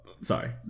Sorry